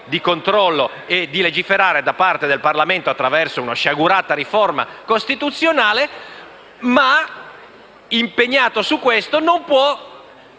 di controllo e di legiferazione del Parlamento attraverso una sciagurata riforma costituzionale ma, impegnato su questo, non può